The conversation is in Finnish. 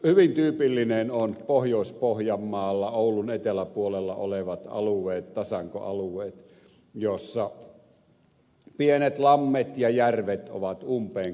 hyvin tyypillisiä ovat pohjois pohjanmaalla oulun eteläpuolella olevat alueet tasankoalueet joissa pienet lammet ja järvet ovat umpeen kasvaneet